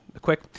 quick